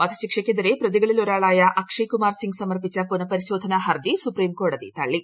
വധശിക്ഷയ്ക്കെതിരെ പ്രതികളിൽ ഒരാളായ അക്ഷയ് കുമാർ സിംഗ് സമർപ്പിച്ച പുനഃപരിശോധന ഹർജി സുപ്രീം കോടതി തള്ളി